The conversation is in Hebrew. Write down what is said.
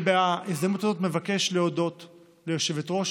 בהזדמנות הזאת אני מבקש להודות ליושבת-ראש